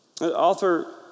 author